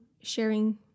sharing